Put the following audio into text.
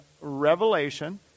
Revelation